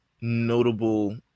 notable